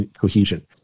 cohesion